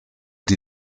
die